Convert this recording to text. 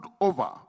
over